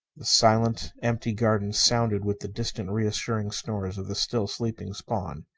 the silent, empty garden sounded with the distant, reassuring snores of the still sleeping spawn.